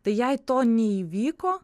tai jei to neįvyko